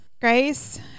Grace